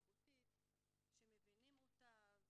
הרשויות הבדואיות הן שותף מלא בפרויקט הזה,